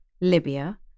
Libya